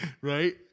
Right